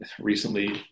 recently